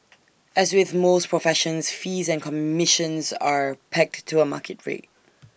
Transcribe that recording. as with most professions fees and commissions are pegged to A market rate